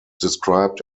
described